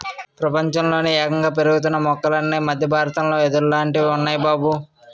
ప్రపంచంలోనే యేగంగా పెరుగుతున్న మొక్కలన్నీ మద్దె బారతంలో యెదుర్లాటివి ఉన్నాయ్ బాబూ